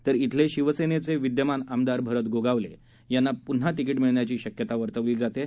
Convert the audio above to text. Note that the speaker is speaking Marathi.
तर इथले शिवसेनेचे विद्यमान आमदार भरत गोगावले यांना पुन्हा तिकी िमिळण्याची शक्यता वर्तवली जात आहे